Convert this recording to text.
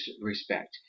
respect